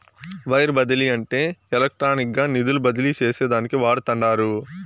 wire బదిలీ అంటే ఎలక్ట్రానిక్గా నిధులు బదిలీ చేసేదానికి వాడతండారు